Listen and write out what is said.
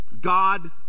God